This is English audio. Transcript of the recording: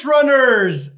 Runners